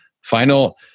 final